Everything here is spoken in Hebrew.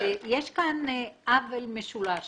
יש כאן עוול משולש